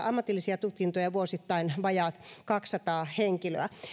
ammatillisia tutkintoja vuosittain vajaat kaksisataa henkilöä